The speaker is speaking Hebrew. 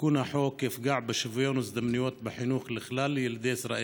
תיקון החוק יפגע בשוויון הזדמנויות בחינוך לכלל ילדי ישראל,